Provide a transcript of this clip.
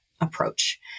approach